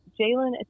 Jalen